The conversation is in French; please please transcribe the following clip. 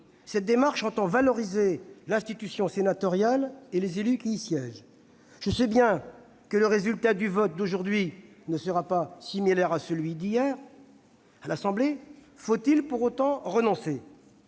cette démarche entend valoriser l'institution sénatoriale et les élus qui y siègent. Je sais bien que le résultat du vote d'aujourd'hui ne sera pas similaire à celui d'hier, à l'Assemblée nationale, mais faut-il pour autant renoncer ?